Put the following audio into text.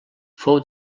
fou